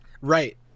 Right